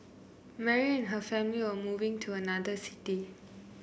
Mary her family were moving to another city